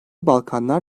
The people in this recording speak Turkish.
balkanlar